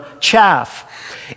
chaff